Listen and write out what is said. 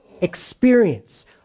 experience